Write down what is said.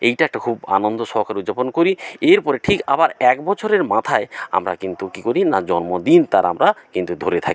এইটা একটা খুব আনন্দ সহকারে উজ্জাপন করি এরপরে ঠিক আবার এক বছরের মাথায় আমরা কিন্তু কী করি না জন্মদিন তার আমরা কিন্তু ধরে থাকি